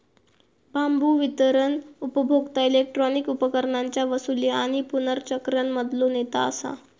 बांबू वितरण उपभोक्ता इलेक्ट्रॉनिक उपकरणांच्या वसूली आणि पुनर्चक्रण मधलो नेता असा